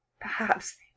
Perhaps